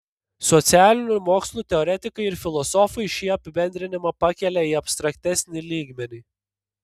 socialinių mokslų teoretikai ir filosofai šį apibendrinimą pakelia į abstraktesnį lygmenį